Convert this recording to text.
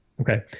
Okay